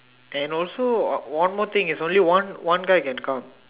and also one more thing it's only one one guy can come